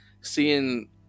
seeing